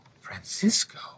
Francisco